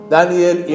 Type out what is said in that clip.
Daniel